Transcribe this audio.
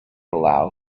allow